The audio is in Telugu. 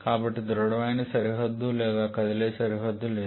కాబట్టి దృడమైన సరిహద్దు లేదు లేదా కదిలే సరిహద్దు లేదు